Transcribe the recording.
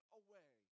away